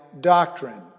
doctrine